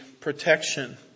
protection